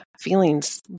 feelings